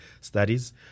studies